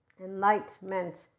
Enlightenment